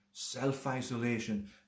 self-isolation